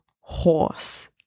horse